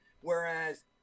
Whereas